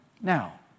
now